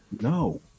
No